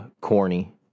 corny